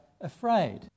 afraid